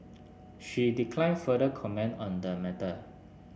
she declined further comment on the matter